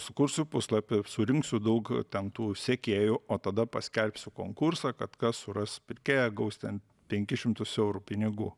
sukursiu puslapį surinksiu daug ten tų sekėjų o tada paskelbsiu konkursą kad kas suras pirkėją gaus ten penkis šimtus eurų pinigų